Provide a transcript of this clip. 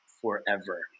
forever